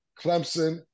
Clemson